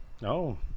No